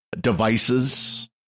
devices